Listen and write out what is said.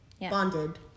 bonded